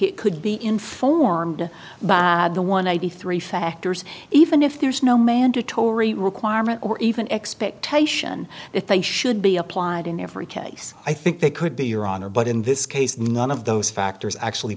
it could be informed by the one ib three factors even if there is no mandatory requirement or even expectation that they should be applied in every case i think they could be your honor but in this case none of those factors actually